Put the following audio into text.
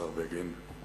השר בגין,